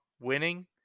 winning